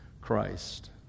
Christ